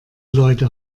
leute